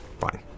fine